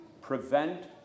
prevent